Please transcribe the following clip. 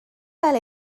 gael